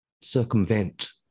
circumvent